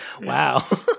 wow